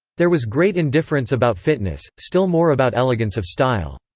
there was great indifference about fitness, still more about elegance of style.